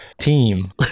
Team